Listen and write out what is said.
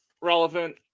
relevant